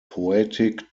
poetic